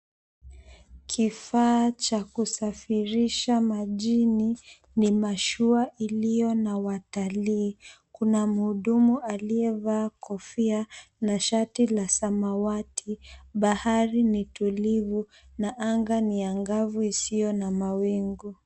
Kifaa cha kusafirisha majini ni mashua iliyo na watalii. Kuna mhudumu aliyevaa kofia na shati la samawati. Bahari ni tulivu na anga ni angavu isiyo na mawingu.